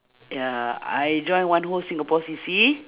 ya I join one whole singapore C C